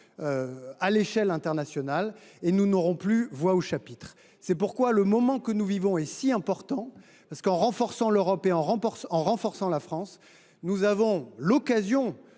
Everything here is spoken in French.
à l’échelle internationale, et nous n’aurons plus voix au chapitre. C’est pourquoi le moment que nous vivons est si important. En renforçant l’Europe et en renforçant la France, nous avons l’occasion,